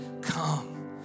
come